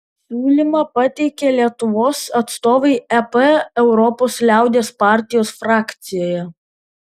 siūlymą pateikė lietuvos atstovai ep europos liaudies partijos frakcijoje